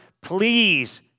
please